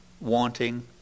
wanting